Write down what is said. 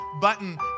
button